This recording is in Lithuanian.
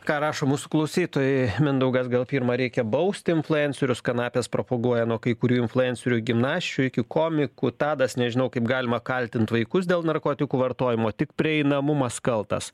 ką rašo mūsų klausytojai mindaugas gal pirma reikia bausti influencerius kanapes propaguoja nuo kai kurių influencerių gimnasčių iki komikų tadas nežinau kaip galima kaltint vaikus dėl narkotikų vartojimo tik prieinamumas kaltas